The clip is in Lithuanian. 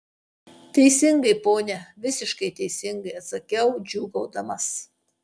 teisingai pone visiškai teisingai atsakiau džiūgaudamas